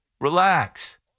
Relax